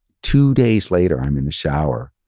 two days later, i'm in the shower,